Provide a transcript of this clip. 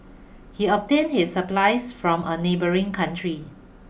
he obtained his supplies from a neighbouring country